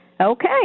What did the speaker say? Okay